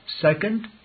Second